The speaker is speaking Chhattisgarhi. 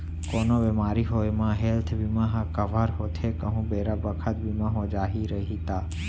कोनो बेमारी होये म हेल्थ बीमा ह कव्हर होथे कहूं बेरा बखत बीमा हो जाही रइही ता